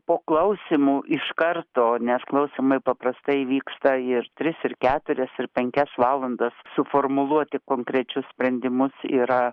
po klausymų iš karto nes klausymai paprastai vyksta ir tris ir keturias ir penkias valandas suformuluoti konkrečius sprendimus yra